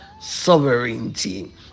sovereignty